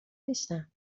نیستم